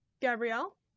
Gabrielle